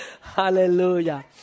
Hallelujah